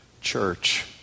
church